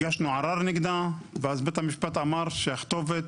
הגשנו ערר נגדה ואז בית המשפט אמר שהכתובת